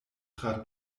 tra